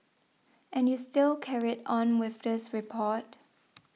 and you still carried on with this report